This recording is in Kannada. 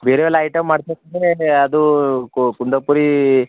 ಬೇರೆ ಎಲ್ಲ ಐಟೆಮ್ ಅದು ಕುಂದಾಪುರೀ